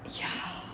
ya